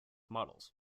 models